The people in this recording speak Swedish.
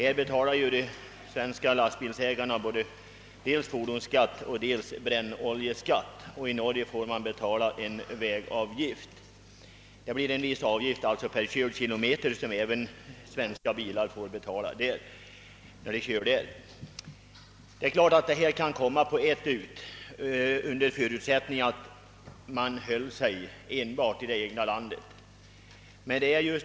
I vårt land betalar lastbilsägarna dels fordonsskatt, dels brännoljeskatt, och i Norge får man betala en vägavgift i form av en viss avgift per körd kilometer som även svenska lastbilsägare får betala när de trafikerar norska vägar. Det är klart att detta kan komma på ett ut, under förutsättning att man håller sig i det egna landet.